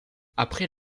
après